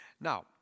Now